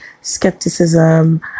skepticism